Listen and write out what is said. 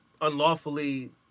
unlawfully